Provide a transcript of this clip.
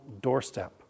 doorstep